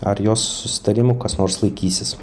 ar jos susitarimų kas nors laikysis